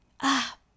Ah